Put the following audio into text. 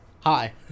hi